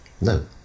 No